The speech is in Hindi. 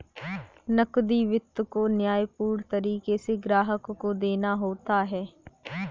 नकदी वित्त को न्यायपूर्ण तरीके से ग्राहक को देना होता है